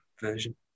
version